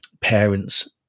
parents